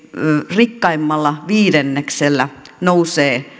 rikkaimmalla viidenneksellä nousevat